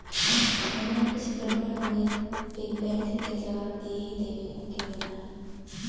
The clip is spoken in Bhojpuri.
एमन कुछ गड़बड़ होए पे बैंक के जवाबदेही देवे के होला